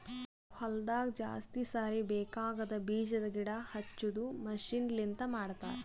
ಹೊಲದಾಗ ಜಾಸ್ತಿ ಸಾರಿ ಬೇಕಾಗದ್ ಬೀಜದ್ ಗಿಡ ಹಚ್ಚದು ಮಷೀನ್ ಲಿಂತ ಮಾಡತರ್